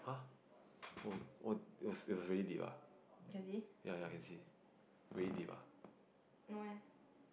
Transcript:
can see no eh